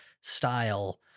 style